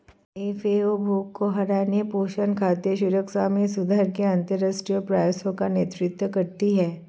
FAO भूख को हराने, पोषण, खाद्य सुरक्षा में सुधार के अंतरराष्ट्रीय प्रयासों का नेतृत्व करती है